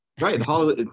Right